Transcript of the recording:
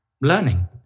learning